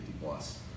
plus